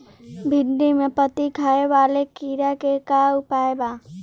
भिन्डी में पत्ति खाये वाले किड़ा के का उपाय बा?